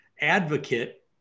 advocate